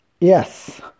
Yes